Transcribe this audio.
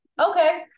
Okay